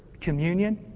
communion